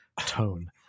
tone